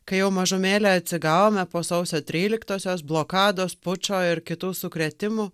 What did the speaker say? kai jau mažumėlę atsigavome po sausio tryliktosios blokados pučo ir kitų sukrėtimų